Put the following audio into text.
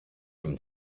from